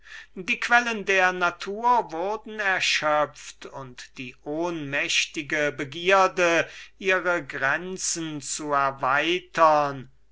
die quellen der natur wurden erschöpft und die unmächtige begierde ihre grenzen zu erweitern doch